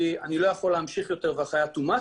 כי אני לא יכול להמשיך יותר והחיה תומת,